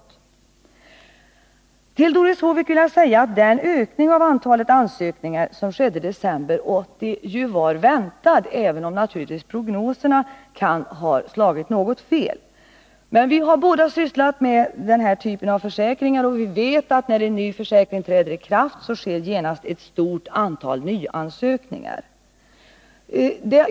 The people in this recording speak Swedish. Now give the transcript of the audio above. Jag vill säga till Doris Håvik att den ökning av antalet ansökningar som skedde i december 1980 var väntad — även om naturligtvis prognoserna kan haslagit något fel. Vi har båda sysslat med den här typen av försäkringar, och vi vet att när en ny försäkring träder i kraft så görs genast ett stort antal nyansökningar.